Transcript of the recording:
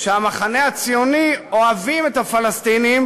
שהמחנה הציוני "אוהבים" את הפלסטינים,